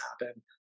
happen